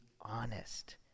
honest